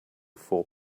four